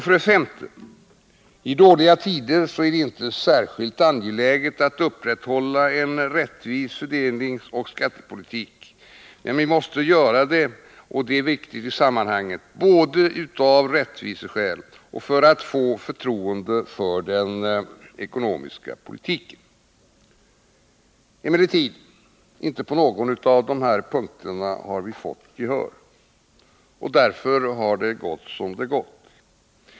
För det femte: I dåliga tider är det särskilt angeläget att upprätthålla en rättvis fördelningsoch skattepolitik — både av rättviseskäl och för att få förtroende för den ekonomiska politiken. Men inte på någon punkt har vi fått gehör, och därför gick det som det gick.